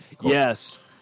Yes